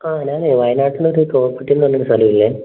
ആ ഞാൻ വയനാട്ടിൽ ഒരു ട്രോപ്പിക്കൽ എന്ന് പറഞ്ഞ ഒരു സ്ഥലം ഇല്ലേ